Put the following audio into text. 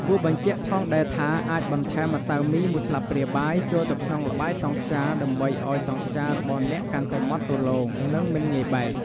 គួរបញ្ជាក់ផងដែរថា អាចបន្ថែម ម្សៅមី ១ ស្លាបព្រាបាយ ចូលក្នុងល្បាយសង់ខ្យា ដើម្បីឲ្យសង់ខ្យារបស់អ្នកកាន់តែម៉ដ្ឋរលោង និងមិនងាយបែក។